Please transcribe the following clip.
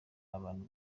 abantu